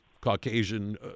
Caucasian